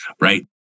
right